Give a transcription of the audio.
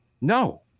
no